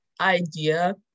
idea